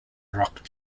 rock